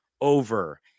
over